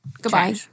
Goodbye